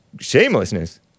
shamelessness